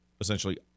essentially